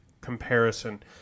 comparison